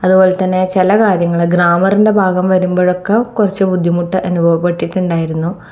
അതുപോലെ തന്നെ ചില കാര്യങ്ങൾ ഗ്രാമറിൻ്റെ ഭാഗം വരുമ്പോഴൊക്കെ കുറച്ചു ബുദ്ധിമുട്ട് അനുഭവപ്പെട്ടിട്ടുണ്ടായിരുന്നു